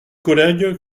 collègues